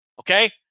okay